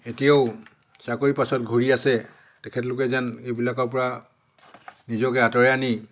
এতিয়াও চাকৰিৰ পাছত ঘূৰি আছে তেখেতলোকে যেন এইবিলাকৰ পৰা নিজকে আঁতৰাই আনি